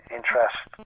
interest